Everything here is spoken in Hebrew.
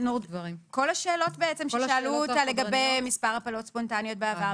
כל השאלות ששאלו אותה לגבי מספר הפלות ספונטניות בעבר,